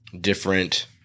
different